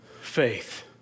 faith